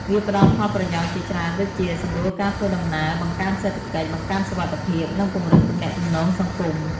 វាផ្ដល់ផលប្រយោជន៍ជាច្រើនដូចជា សម្រួលការធ្វើដំណើរ បង្កើនសេដ្ឋកិច្ច បង្កើនសុវត្ថិភាព និងពង្រឹងទំនាក់ទំនងសង្គម។